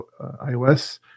iOS